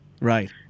right